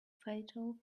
fatal